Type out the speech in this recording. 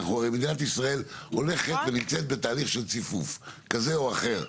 מדינת ישראל הולכת ונמצאת בתהליך של ציפוף כזה או אחר.